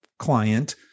client